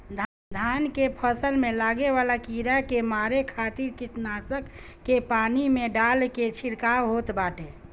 धान के फसल में लागे वाला कीड़ा के मारे खातिर कीटनाशक के पानी में डाल के छिड़काव होत बाटे